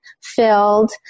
filled